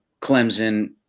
Clemson